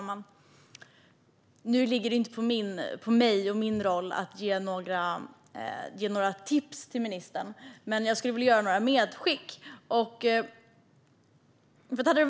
Fru talman! Det ligger inte på mig och min roll att ge några tips till ministern, men jag skulle vilja göra några medskick.